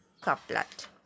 couplet